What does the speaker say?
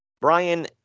Brian